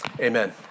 amen